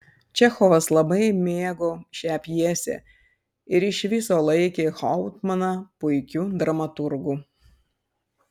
čechovas labai mėgo šią pjesę ir iš viso laikė hauptmaną puikiu dramaturgu